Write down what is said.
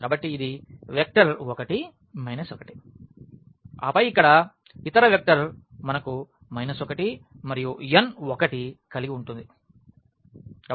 కాబట్టి ఇది vector 1 minus 1 ఆపై ఇక్కడ ఇతర వెక్టర్ మనకు మైనస్ 1 మరియు n 1 కలిగి ఉంటుంది